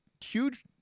huge